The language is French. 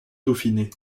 dauphiné